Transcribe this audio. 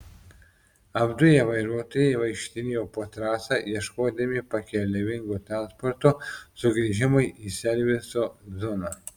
apduję vairuotojai vaikštinėjo po trasą ieškodami pakeleivingo transporto sugrįžimui į serviso zoną